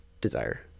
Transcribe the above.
desire